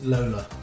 Lola